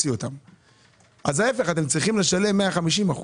אתם צריכים לשלם 150%